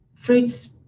Fruits